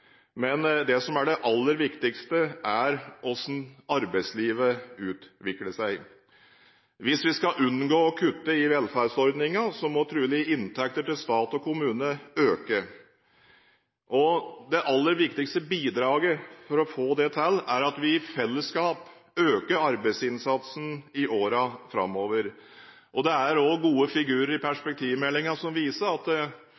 men det som er det aller viktigste, er hvordan arbeidslivet utvikler seg. Hvis vi skal unngå å kutte i velferdsordningene, må trolig inntektene til stat og kommune øke. Det aller viktigste bidraget for å få det til er at vi i fellesskap øker arbeidsinnsatsen i årene framover. Det er også gode figurer i perspektivmeldingen som viser at